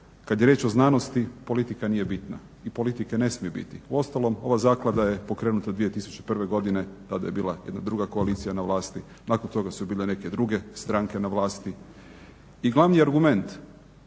kad je riječ o znanosti politika nije bitna i politike ne smije biti. Uostalom ova zaklada je pokrenuta 2001. godine, tada je bila jedna druga koalicija na vlasti, nakon toga su bile neke druge stranke na vlasti. I glavni argument